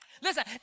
listen